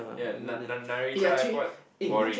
ya na~ na~ Narita airport boring